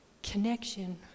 connection